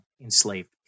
enslaved